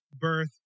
birth